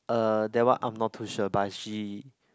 uh that one I'm not too sure but she